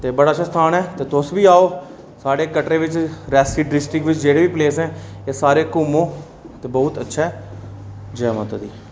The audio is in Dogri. ते बड़ा अच्छा स्थान ऐ ते तुस बी आओ साढ़े कटरे बिच रियासी डिस्टिक बिच जेह्ड़े बी प्लेस न एह् सारे घूमो ते बहुत अच्छा ऐ जे माता दी